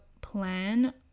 plan